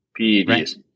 PEDs